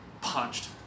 Punched